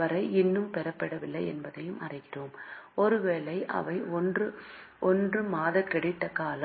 வரை இன்னும் பெறப்படவில்லை என்பதையும் அறிகிறோம் ஒருவேளை அவை 1 மாத கிரெடிட் காலம்